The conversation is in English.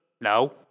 No